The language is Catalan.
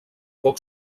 poc